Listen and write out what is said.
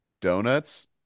donuts